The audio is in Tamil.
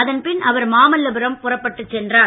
அதன் பின் அவர் மாமல்லபுரம் புறப்பட்டுச் சென்றார்